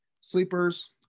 sleepers